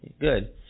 Good